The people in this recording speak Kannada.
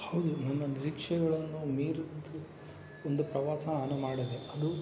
ಹೌದು ನನ್ನ ನಿರೀಕ್ಷೆಗಳನ್ನು ಮೀರಿದ್ದ ಒಂದು ಪ್ರವಾಸ ನಾನು ಮಾಡಿದೆ ಅದು